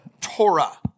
Torah